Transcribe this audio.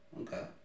Okay